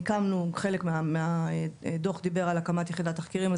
חלק מהדוח דיבר על הקמת יחידת תחקירים,